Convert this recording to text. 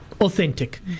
authentic